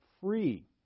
free